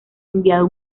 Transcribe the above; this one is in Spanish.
enviado